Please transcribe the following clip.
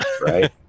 right